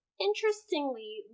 Interestingly